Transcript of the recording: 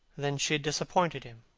then she had disappointed him.